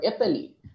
Italy